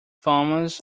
thomas